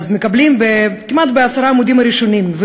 מקבלים בעשרת העמודים הראשונים כמעט,